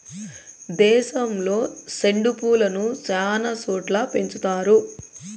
దేశంలో సెండు పూలను శ్యానా చోట్ల పెంచుతారు